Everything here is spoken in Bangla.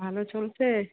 ভালো চলছে